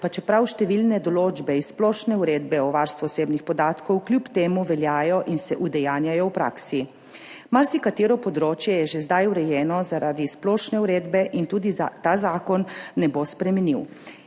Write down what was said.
pa čeprav številne določbe iz Splošne uredbe o varstvu osebnih podatkov kljub temu veljajo in se udejanjajo v praksi. Marsikatero področje je že zdaj urejeno zaradi splošne uredbe in ta zakon tega ne bo spremenil.